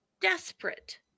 desperate